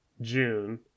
June